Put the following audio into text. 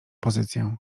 pozycję